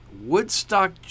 Woodstock